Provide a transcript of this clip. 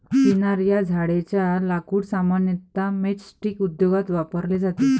चिनार या झाडेच्या लाकूड सामान्यतः मैचस्टीक उद्योगात वापरले जाते